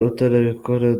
utarabikora